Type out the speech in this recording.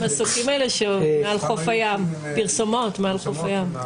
המסוקים האלה שעוברים עם פרסומות מעל חוף הים.